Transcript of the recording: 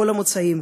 כל המוצאים,